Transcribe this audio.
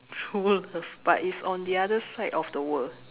true love but it's on the other side of the world